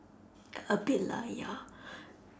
a bit lah ya